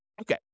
Okay